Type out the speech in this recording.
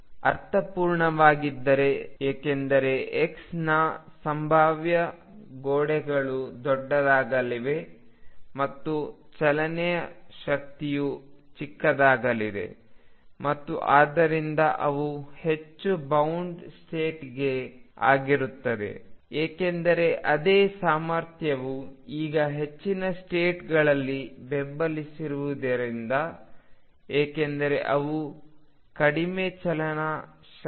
ಅದು ಅರ್ಥಪೂರ್ಣವಾಗಿದೆ ಏಕೆಂದರೆ x ನ ಸಂಭಾವ್ಯ ಗೋಡೆಗಳು ದೊಡ್ಡದಾಗಲಿವೆ ಮತ್ತು ಚಲನ ಶಕ್ತಿಯು ಚಿಕ್ಕದಾಗಲಿದೆ ಮತ್ತು ಆದ್ದರಿಂದ ಅವು ಹೆಚ್ಚು ಬೌಂಡ್ ಸ್ಟೇಟ್ಗಳಾಗಿರುತ್ತವೆ ಏಕೆಂದರೆ ಅದೇ ಸಾಮರ್ಥ್ಯವು ಈಗ ಹೆಚ್ಚಿನ ಸ್ಟೇಟ್ಗಳಲ್ಲಿ ಬೆಂಬಲಿಸಬಹುದು ಏಕೆಂದರೆ ಅವುಗಳು ಕಡಿಮೆ ಚಲನ ಶಕ್ತಿ